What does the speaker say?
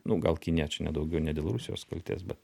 nu gal kinija čia ne daugiau ne dėl rusijos kaltės bet